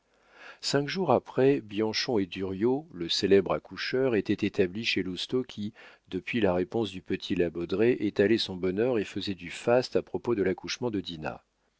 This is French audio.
cinq jours après bianchon et duriau le célèbre accoucheur étaient établis chez lousteau qui depuis la réponse du petit la baudraye étalait son bonheur et faisait du faste à propos de l'accouchement de dinah